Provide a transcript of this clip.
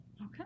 Okay